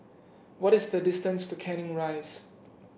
what is the distance to Canning Rise